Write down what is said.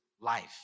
life